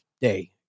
Day